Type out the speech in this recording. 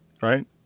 Right